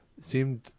Seemed